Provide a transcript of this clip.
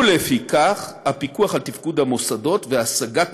ולפיכך הפיקוח על תפקוד המוסדות והשגת